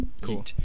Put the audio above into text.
cool